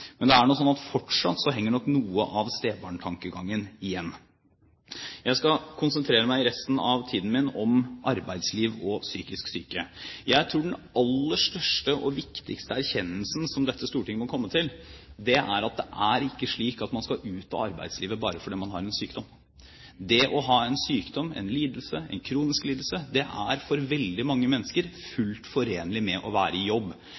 Men det er ennå slik at fortsatt henger nok noe av stebarntankegangen igjen. Jeg skal i resten av tiden jeg har til rådighet, konsentrere meg om arbeidsliv og psykisk syke. Jeg tror den aller største og viktigste erkjennelsen som dette storting må komme til, er at det er ikke slik at man skal ut av arbeidslivet bare fordi man har en sykdom. Det å ha en sykdom, en lidelse, en kronisk lidelse, er for veldig mange mennesker fullt forenlig med å være i jobb